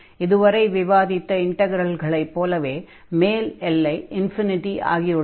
இதுவரை விவாதித்த இன்டக்ரல்களை போலவே மேல் எல்லை ஆகியுள்ளது